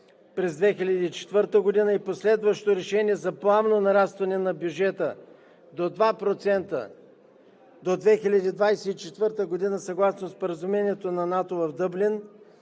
през 2004 г. и последващото решение за планово нарастване на бюджета до 2% до 2024 г. съгласно Споразумението на НАТО в Дъблин